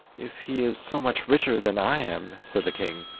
if he is so much richer than i am said the king,